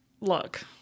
look